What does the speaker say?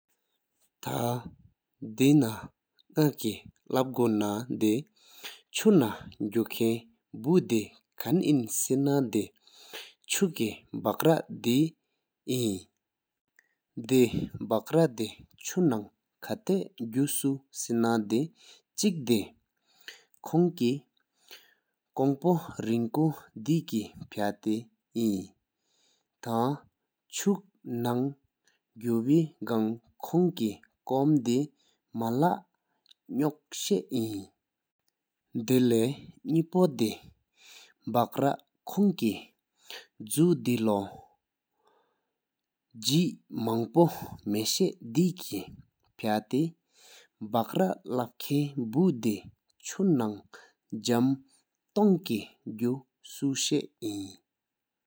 ཐ་དེ་ན་ནག་ཀི་ལབ་གོ་ནེ་དེ་ཆུ་ནང་དགུ་ཁན་བུ་དེ་ཁན་ཨིན་སེ་ན་དེ་ཆུ་ཀེ་དྦག་ར་དེ་གཅིག་ཨིན། དེ་དྦག་ར་དེ་ཆུ་ནང་ཁ་ཚའི་དགུ་སུ་སེ་ན་དེ་གཅིག་དེ་ཁོང་ཀི་གོང་པོ་རིང་ཀུ་དེ་ཀི་ཕ་ཐེ་ཨིན་ཐང་ཆུ་ནང་དགུ་བེ་གང་ཁོང་ཀི་ཀོམ་དེ་མ་ལ་ནིཀ་ཞའིན། དེ་ལེ་ཉི་པོ་དེ་དྦག་ར་ཁོང་ཀི་ཇུ་དེ་ལོ་ཇི་མང་བོ་མ་ཞེ་དེ་ཀི་ཕཱ་ཐེ་དྦག་ར་ལབ་ཁན་བུ་དེ་ཆུ་ནང་ཟམ་སྟོང་ཀེ་དགུ་ཤུ་ཞ་ཨིན།